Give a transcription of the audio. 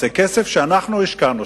זה כסף שאנחנו השקענו,